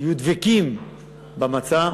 יהיו דבקים במצע,